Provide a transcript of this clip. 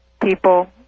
People